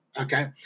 okay